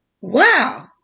Wow